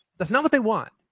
that's not what they want.